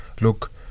look